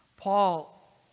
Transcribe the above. paul